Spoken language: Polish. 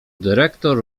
dyrektor